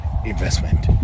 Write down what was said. investment